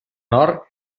nord